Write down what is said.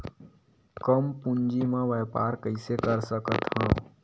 कम पूंजी म व्यापार कइसे कर सकत हव?